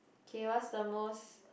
K what's the most